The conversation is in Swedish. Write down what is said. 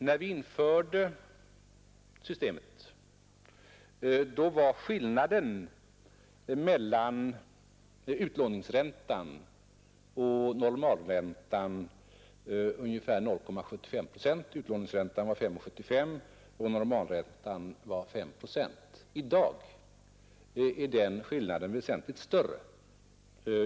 När vi införde systemet var skillnaden mellan utlåningsräntan och normalräntan ungefär 0,75 procent. Utlåningsräntan var 5,75 och normalräntan var 5 procent. I dag är den skillnaden väsentligt större.